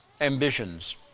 ambitions